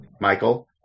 Michael